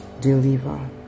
deliver